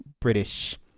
British